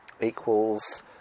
equals